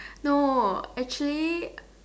no actually